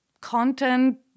content